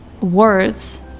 words